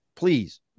Please